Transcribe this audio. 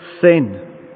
sin